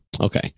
Okay